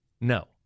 no